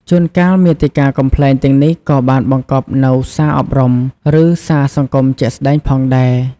ជួនកាល មាតិកាកំប្លែងទាំងនេះក៏បានបង្កប់នូវសារអប់រំ ឬសារសង្គមជាក់ស្តែងផងដែរ។